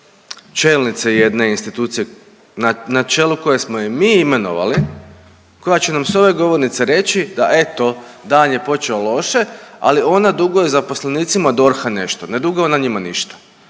čelnice jedne institucije na, na čelu koje smo je mi imenovali, koja će nam s ove govornice reći da eto dan je počeo loše, ali ona duguje zaposlenicima DORH-a nešto. Ne duguje ona njima ništa,